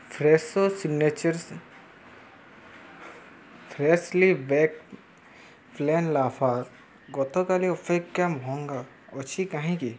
Fresho signature freshly baked plain lavash ଗତକାଲି ଅପେକ୍ଷା ମହଙ୍ଗା ଅଛି କାହିଁକି